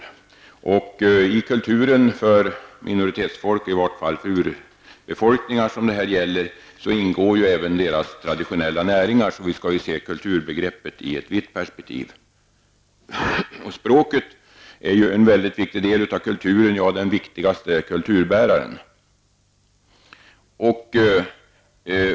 I minoritetsfolkens kulturer -- eller i varje fall i fråga om urbefolkningar, som det här gäller -- ingår även deras traditionella näringar. Vi skall därför se kulturbegreppet i ett vitt perspektiv. Språket är en mycket viktig del av kulturen, ja, den viktigaste kulturbäraren.